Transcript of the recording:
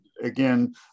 again